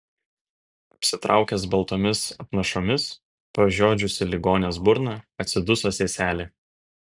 apsitraukęs baltomis apnašomis pražiodžiusi ligonės burną atsiduso seselė